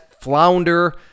flounder